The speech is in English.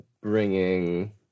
bringing